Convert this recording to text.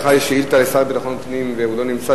לך יש שאילתא לשר לביטחון פנים והוא לא נמצא,